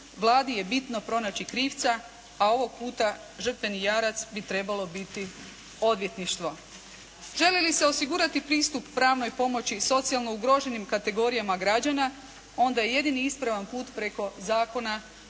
Vladi je bitno pronaći krivca, a ovog puta žrtveni jarac bi trebalo biti odvjetništvo. Želi li se osigurati pristup pravnoj pomoći socijalno ugroženim kategorijama građana, onda je jedino ispravan put preko Zakona